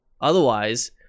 Otherwise